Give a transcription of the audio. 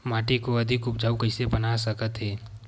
माटी को अधिक उपजाऊ कइसे बना सकत हे?